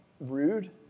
rude